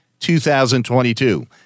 2022